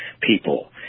people